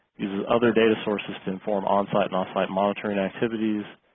uses other data sources to inform on-site, and off-site monitoring activities.